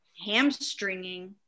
hamstringing